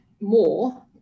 more